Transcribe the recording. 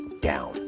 down